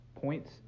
points